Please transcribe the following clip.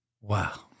wow